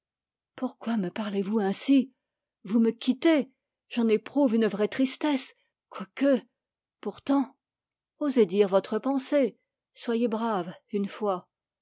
pourquoi me parlez-vous ainsi vous me quittez j'en éprouve une vraie tristesse quoique pourtant osez dire votre pensée soyez brave une fois